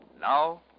Now